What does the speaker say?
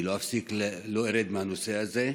אני לא ארד מהנושא הזה.